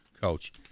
coach